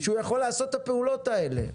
שהוא יכול לעשות את הפעולות האלה,